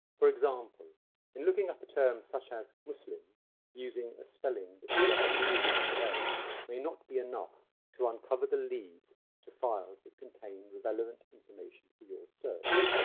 for example, in looking up a term such as muslim using a spelling that we are familiar with today may not be enough to uncover leads to files that contain relevant information for your search.